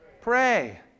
Pray